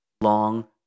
long